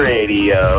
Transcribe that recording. Radio